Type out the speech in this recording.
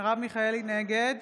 נגד